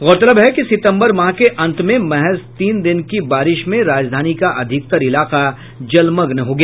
गौरतलब है कि सितंबर माह के अंत में महज तीन दिन की बारिश में राजधानी का अधिकतर इलाका जलमग्न हो गया